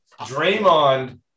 Draymond